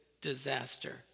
disaster